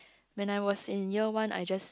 when I was in year one I just